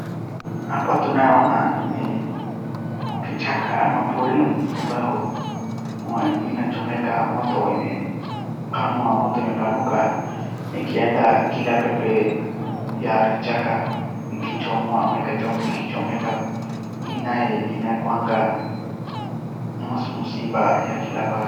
Hapa tunaona ni kichaka ama porini ambayo inachomeka, moto imepanua, moto imepanuka ikienda kila pembe ya kichaka; ikichomwa ama ikichomeka. Hii naye inakuwanga msiba ya kila pahali.